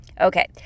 Okay